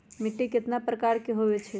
मिट्टी कतना प्रकार के होवैछे?